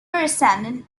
rescinded